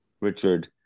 Richard